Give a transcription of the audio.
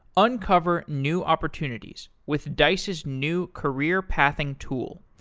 uncover new opportunities with dice's new career-pathing tool,